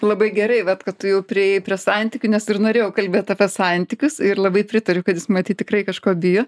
labai gerai vat kad tu jau priėjai prie santykių nes ir norėjau kalbėt apie santykius ir labai pritariu kad jis matyt tikrai kažko bijo